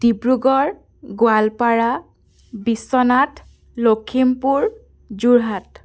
Dibrugarh Goalpara Biswanath Lakhimpur Jorhat